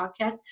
Podcast